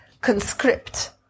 conscript